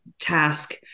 task